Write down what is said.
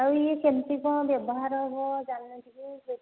ଆଉ ଇଏ କେମିତି କଣ ବ୍ୟବହାର ହେବ ଜାଣିନି ଟିକିଏ ସେଇଥିପାଇଁ